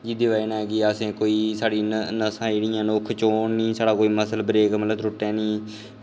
जेह्दी बजह् कन्नै साढ़ी कोई नसां जेह्ड़ियां ओह् खचोन निं नां कोई मसल मतलब त्रुट्टै नेईं